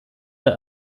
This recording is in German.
der